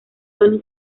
tony